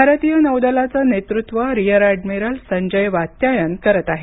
भारतीय नौदलाचं नेतृत्व रीअर अॅडमिरल संजय वात्यायन हे करणार आहेत